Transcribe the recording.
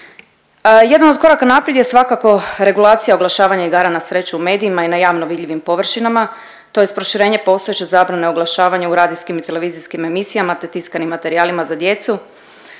Jedan od koraka naprijed je svakako regulacija oglašavanja igara na sreću u medijima i na javno vidljivim površinama tj. proširenje postojeće zabrane oglašavanja u radijskim i televizijskim emisijama, te tiskanim materijalima za djecu